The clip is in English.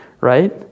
right